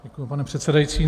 Děkuji, pane předsedající.